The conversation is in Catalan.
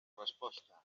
resposta